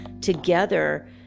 together